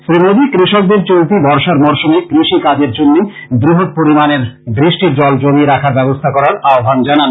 শ্রী মোদী কৃষকদের চলতি বর্ষার মরশুমে কৃষিকাজের জন্য বৃহৎ পরিমাণে বৃষ্টির জল জমিয়ে রাখার ব্যবস্থা করার আহ্বান জানান